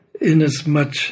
inasmuch